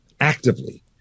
actively